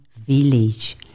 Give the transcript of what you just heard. village